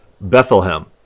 Bethlehem